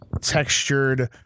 textured